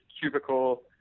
cubicle